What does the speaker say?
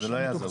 זה לא יעזור,